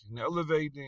elevating